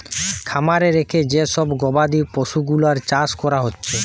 খামারে রেখে যে সব গবাদি পশুগুলার চাষ কোরা হচ্ছে